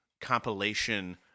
compilation